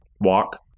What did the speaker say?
walk